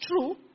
true